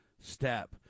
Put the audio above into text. step